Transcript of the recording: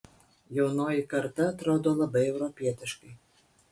jaunoji karta atrodo labai europietiškai